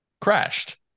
crashed